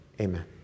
Amen